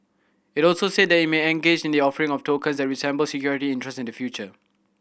it also said that it may engage in the offering of tokens that resemble security interest in the future